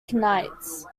knights